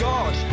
God